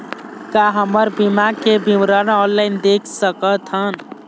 का हमर बीमा के विवरण ऑनलाइन देख सकथन?